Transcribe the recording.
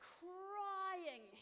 crying